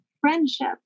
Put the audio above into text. Friendship